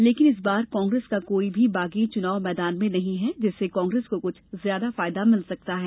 लेकिन इस बार कांग्रेस का कोई भी बागी चुनाव मैदान में नहीं है जिससे कांग्रेस को कुछ फायदा मिल सकता है